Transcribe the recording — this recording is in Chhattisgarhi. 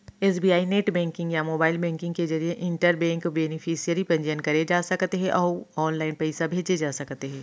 एस.बी.आई नेट बेंकिंग या मोबाइल बेंकिंग के जरिए इंटर बेंक बेनिफिसियरी पंजीयन करे जा सकत हे अउ ऑनलाइन पइसा भेजे जा सकत हे